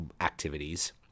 activities